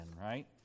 right